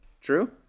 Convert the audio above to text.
True